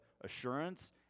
assurance